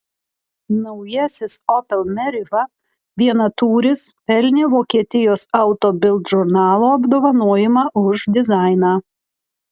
naujasis opel meriva vienatūris pelnė vokietijos auto bild žurnalo apdovanojimą už dizainą